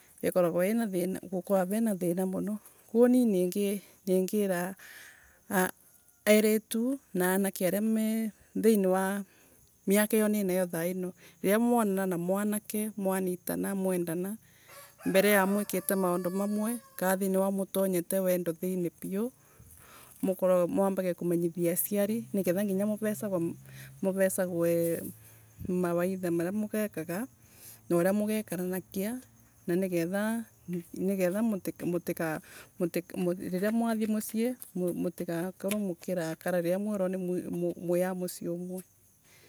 Gukoragwa wina thina muno. koguo nie ningira a eritu na anake aria mena thiini wa miaka iyo ninayo thaino, riria riu wonana na mwanake, mwanitana mwendana, mbere ya mwikite maundu mamwe kaa mbere ya mutonyete thiini wa wendo piu mukaragwe, mwendage kamenyithia aciari nigetha nginya muvecagwe muvecagwee mawaidha maria mugekaga, na uria mugekaranagia n ani getha mutikaa mutika utika riria mwathie mucii mutigakorwe mukirakara, riria mwerwa muiaa mucii umwe.